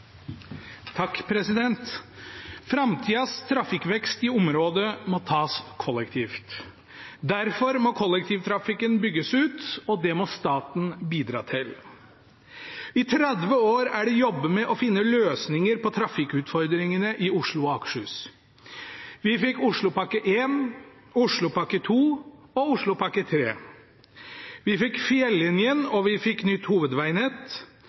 I 30 år er det jobbet med å finne løsninger på trafikkutfordringene i Oslo og Akershus. Vi fikk Oslopakke 1, Oslopakke 2 og Oslopakke 3. Vi fikk Fjellinjen, og vi fikk nytt